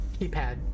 keypad